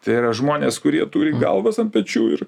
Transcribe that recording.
tai yra žmonės kurie turi galvas ant pečių ir